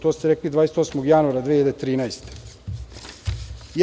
To ste rekli 28. januara 2013. godine.